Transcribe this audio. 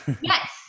yes